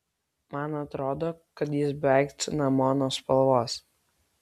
man atrodo kad jis beveik cinamono spalvos